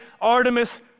Artemis